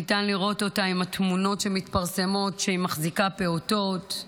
ניתן לראות אותה בתמונות שמתפרסמות כשהיא מחזיקה פעוטות,